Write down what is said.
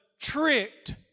tricked